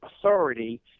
authority